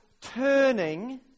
turning